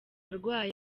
arwaye